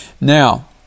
Now